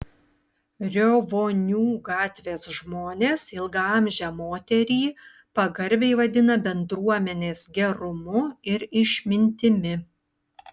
riovonių gatvės žmonės ilgaamžę moterį pagarbiai vadina bendruomenės gerumu ir išmintimi